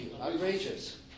Outrageous